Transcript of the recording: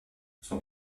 son